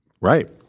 Right